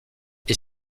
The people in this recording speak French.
est